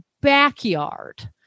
backyard